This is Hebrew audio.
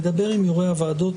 נדבר עם יו"רי הוועדות,